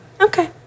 Okay